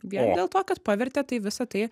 vien dėl to kad pavertė tai visa tai